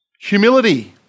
Humility